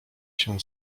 się